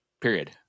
period